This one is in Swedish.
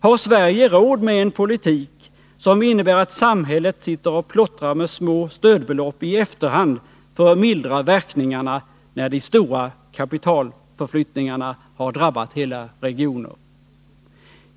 Har Sverige råd med en politik som innebär att samhället sitter och plottrar med små stödbelopp i efterhand för att mildra verkningarna när de stora kapitalförflyttningarna har drabbat hela regioner?